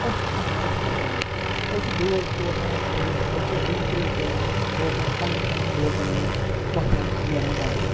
أسۍ چھِ پہاڑَس کھَسان أسۍ چھِ دوس زٕ ژور کَران صحیح أسۍ چھِ لیٚمبۍ ترٛیش تُلان بوتلَن پنٛنٮ۪ن پنٛنٮ۪ن بوتلَن منٛز وۄتھان نیران واکَس